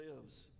lives